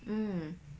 um hmm